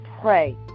pray